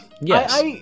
Yes